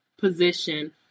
position